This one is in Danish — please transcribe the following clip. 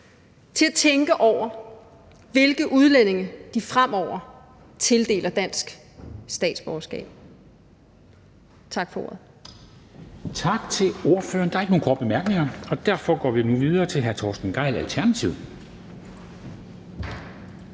til at tænke over, hvilke udlændinge de fremover tildeler dansk statsborgerskab. Tak for ordet.